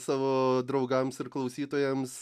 savo draugams ir klausytojams